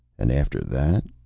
and after that?